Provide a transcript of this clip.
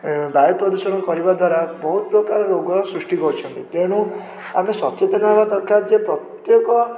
ଏବଂ ବାୟୁ ପ୍ରଦୂଷଣ କରିବା ଦ୍ୱାରା ବହୁତ ପ୍ରକାର ରୋଗ ସୃଷ୍ଟି କରୁଛନ୍ତି ତେଣୁ ଆମେ ସଚେତନ ହେବା ଦରକାର ଯେ ପ୍ରତ୍ୟେକ